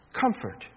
Comfort